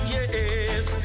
Yes